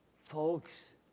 Folks